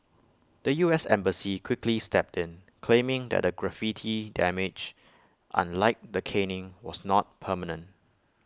the U S embassy quickly stepped in claiming that the graffiti damage unlike the caning was not permanent